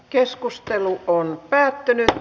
keskustelu päättyi